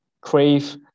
crave